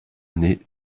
année